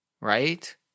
Right